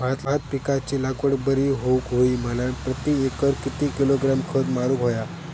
भात पिकाची लागवड बरी होऊक होई म्हणान प्रति एकर किती किलोग्रॅम खत मारुक होया?